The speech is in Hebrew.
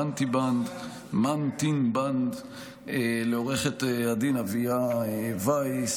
מנטינבנד; לעו"ד אביה וייס,